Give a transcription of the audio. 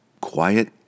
QUIET